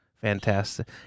Fantastic